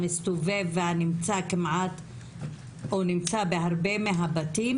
המסתובב או נמצא בהרבה מהבתים